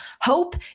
hope